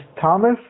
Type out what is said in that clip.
Thomas